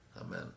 Amen